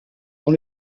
dans